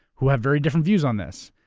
who have very different views on this.